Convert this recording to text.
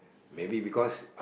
maybe because